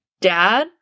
dad